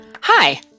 Hi